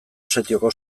setioko